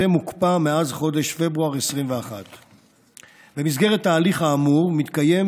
וזה מוקפא מאז חודש פברואר 2021. במסגרת התהליך האמור מתקיים